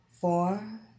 Four